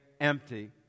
empty